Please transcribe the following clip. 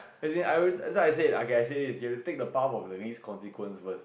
as in I already that's why I say okay I say this we have to take the path of the least consequence first